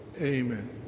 Amen